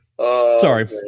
Sorry